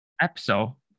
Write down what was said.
episode